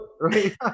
right